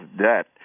debt